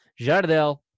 Jardel